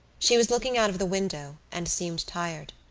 she was looking out of the window and seemed tired.